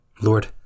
Lord